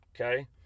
Okay